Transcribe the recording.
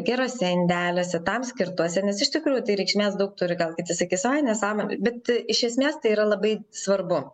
geruose indeliuose tam skirtuose nes iš tikrųjų tai reikšmės daug turi gal kiti sakys ai nesąmonė bet iš esmės tai yra labai svarbu